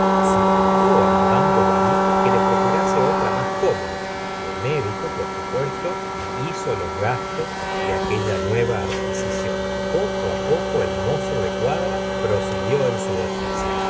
suplicó á mad bovary que le procurase otra más cómoda y el médico por supuesto hizo las gastos de aquella nueva adquisición poco á poco el mozo de cuadra prosiguió en su oficio